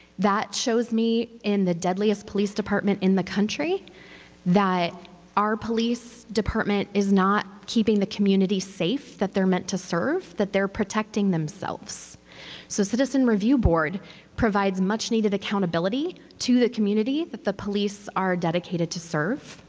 that shows me in the deadliest police department in the country that our police department is not keeping the community safe that they're meant to serve, that they're protecting themselves. so a citizen review board provides much needed accountability to the community that the police are dedicated to serve.